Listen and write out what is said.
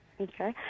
okay